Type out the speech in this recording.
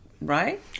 right